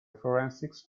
forensics